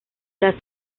tras